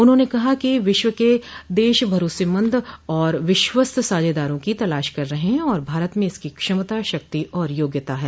उन्होंने कहा कि विश्व के देश भरोसेमंद और विश्वस्त साझेदारों की तलाश कर रहे हैं और भारत में इसकी क्षमता शक्ति आर योग्यता है